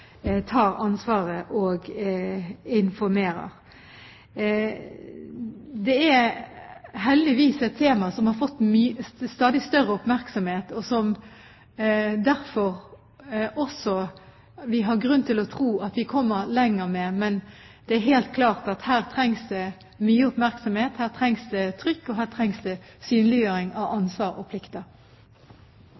tar ansvaret og informerer. Dette er heldigvis et tema som har fått stadig større oppmerksomhet, og som vi derfor også har grunn til å tro at vi kommer lenger med. Men det er helt klart at her trengs det mye oppmerksomhet, her trengs det trykk, og her trengs det synliggjøring av